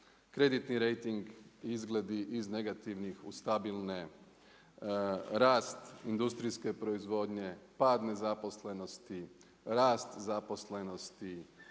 kreditni rejting, izgledi iz negativnih u stabilne, rast industrijske proizvodnje, pad nezaposlenosti, rast zaposlenosti,